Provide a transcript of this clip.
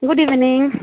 good evening